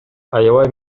аябай